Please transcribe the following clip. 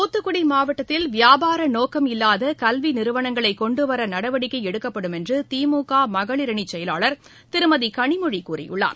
தூத்துக்குடி மாவட்டத்தில் வியாபார நோக்கமில்லாத கல்வி நிறுவனங்களை கொண்டுவர நடவடிக்கை எடுக்கப்படும் என்று திமுக மகளிர் அணி செயலாளர் திருமதி கனிமொழி கூறியுள்ளார்